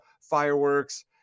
fireworks